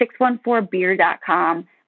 614beer.com